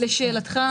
לשאלתך,